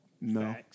No